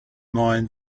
mind